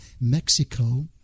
Mexico